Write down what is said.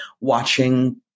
watching